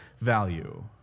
value